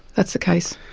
that's the case,